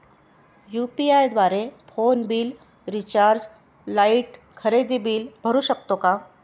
UPI द्वारे phone bill, recharge, light, खरेदी bill भरू शकतो का?